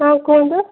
ହଁ କୁହନ୍ତୁ